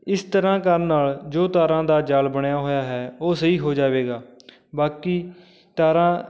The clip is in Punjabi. ਇਸ ਤਰ੍ਹਾਂ ਕਰਨ ਨਾਲ ਜੋ ਤਾਰਾਂ ਦਾ ਜਾਲ ਬਣਿਆ ਹੋਇਆ ਹੈ ਉਹ ਸਹੀ ਹੋ ਜਾਵੇਗਾ ਬਾਕੀ ਤਾਰਾਂ